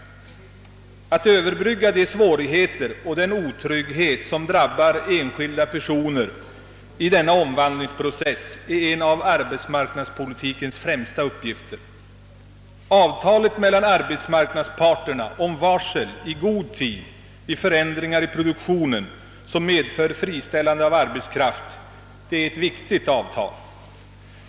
Att överbrygga de svårigheter och den otrygghet som drabbar enskilda personer i denna omvandlingsprocess är en av arbetsmarknadspolitikens främsta uppgifter. Avtalet mellan arbetsmarknadsparterna om varsel i god tid vid förändringar i produktionen, som medför friställan de av arbetskraft, är ett viktigt avtal.